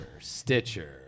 Stitcher